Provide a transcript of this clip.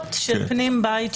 ממוחשבות של פנים בית של אדם.